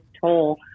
toll